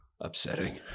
upsetting